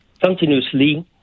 continuously